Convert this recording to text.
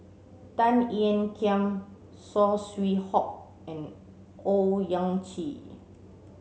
Tan Ean Kiam Saw Swee Hock and Owyang Chi